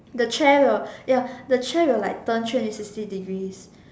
the chair will like ya turn three hundred sixty degrees